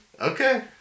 Okay